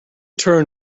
turn